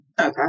Okay